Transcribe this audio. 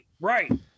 Right